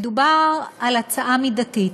מדובר על הצעה מידתית.